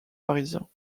parisiens